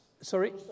Sorry